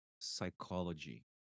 psychology